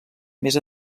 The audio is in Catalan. més